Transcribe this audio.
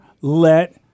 let